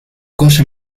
cosa